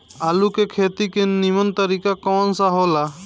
आलू के खेती के नीमन तरीका कवन सा हो ला?